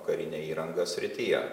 karine įranga srityje